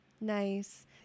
Nice